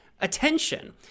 attention